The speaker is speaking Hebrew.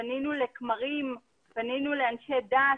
פנינו לכמרים, פנינו לאנשי דת,